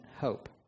hope